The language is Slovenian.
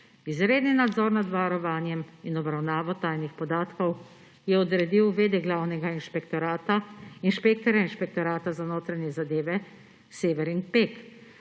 izredni nadzor nad varovanjem in obravnavo tajnih podatkov je odredil v. d. glavnega inšpektorja Inšpektorata za notranje zadeve Severin Pek.